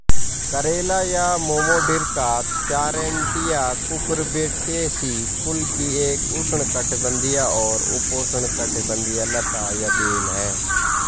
करेला या Momordica charantia Cucurbitaceae कुल की एक उष्णकटिबंधीय और उपोष्णकटिबंधीय लता या बेल है